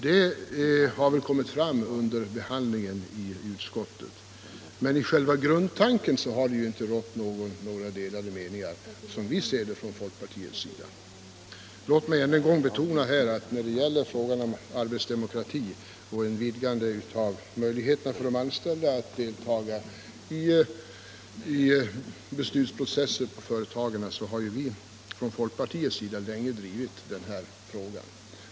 Det har väl kommit fram under behandlingen i utskottet. Men i fråga om själva grundtanken har det inte, som vi ser det från folkpartiets sida, rått några delade meningar. Låt mig än en gång betona att folkpartiet länge har drivit frågan om arbetsdemokrati och ett vidgande av möjligheterna för de anställda att delta i beslutsprocessen på företagen.